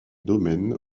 domaine